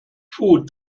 food